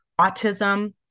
autism